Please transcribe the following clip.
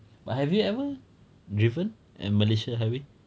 but have you ever driven at malaysia highway